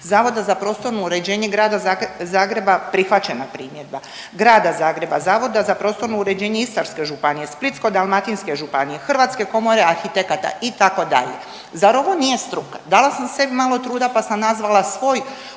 Zavoda za prostorno uređenje grada Zagreba prihvaćena primjedba, grada Zagreba, Zavoda za prostorno uređenje Istarske županije, Splitsko-dalmatinske županije, Hrvatske komore arhitekata itd. Zar ovo nije struka? Dala sam sebi malo truda pa sam nazvala svoj